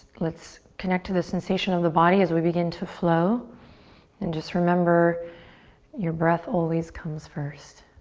let's connect to the sensation of the body as we begin to flow and just remember your breath always comes first.